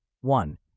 One